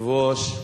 אדוני היושב-ראש,